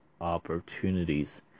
opportunities